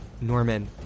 Norman